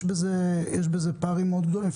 יש בזה פערים מאוד גדולים,